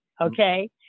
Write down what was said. Okay